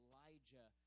Elijah